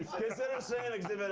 consider sam